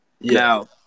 Now